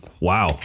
wow